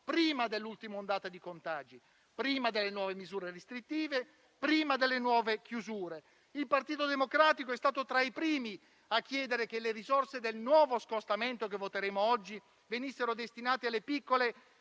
prima dell'ultima ondata di contagi, delle nuove misure restrittive e delle nuove chiusure. Il Partito Democratico è stato tra i primi a chiedere che le risorse del nuovo scostamento che voteremo oggi vengano destinate alle piccole